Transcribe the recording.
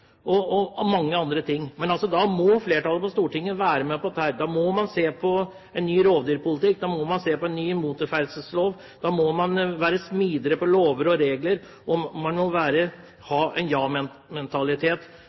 utmarksnæring og mange andre ting. Men da må altså flertallet på Stortinget være med på dette. Da må man se på en ny rovdyrpolitikk, en ny motorferdselslov, da må man være smidigere når det gjelder lover og regler, og man må